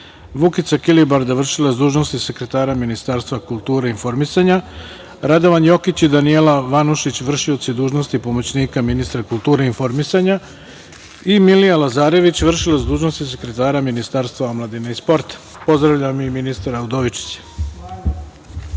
Vukica Kilibarda, vršilac dužnosti sekretara Ministarstva kulture i informisanja; Radovan Jokić i Danijela Vanušić, vršioci dužnosti pomoćnika ministra kulture i informisanja; i Milija Lazarević, vršilac dužnosti sekretara Ministarstva omladine i sporta. Pozdravljam i ministra Udovičića. Prva